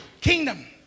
kingdom